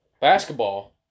Basketball